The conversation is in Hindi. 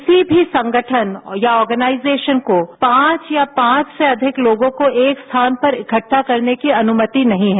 किसी भी संगठन या आर्गेनाइजेशन को पांच या पांच से अधिक लोगों को एक स्थान पर इकट्ठा करने की अनुमति नहीं है